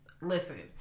listen